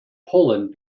poland